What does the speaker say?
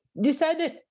decided